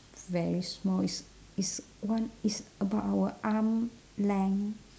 very small is is one is about our arm length